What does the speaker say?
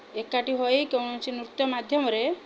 ଏକାଠି ହୋଇ କୌଣସି ନୃତ୍ୟ ମାଧ୍ୟମରେ